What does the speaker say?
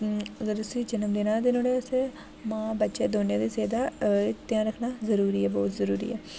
अगर उसी जन्म देना ऐ ते नुहाड़े आस्तै मां बच्चे दौनें दी सेह्त दा ध्यान रखना जरूरी ऐ बहोत जरूरी ऐ